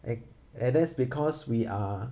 and and that's because we are